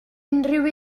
unrhyw